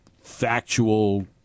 factual